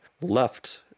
left